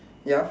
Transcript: ya